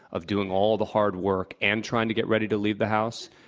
of doing all the hard work and trying to get ready to leave the house,